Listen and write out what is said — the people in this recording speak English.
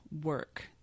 work